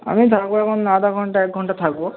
আমি থাকব এখন আধ ঘন্টা এক ঘন্টা থাকব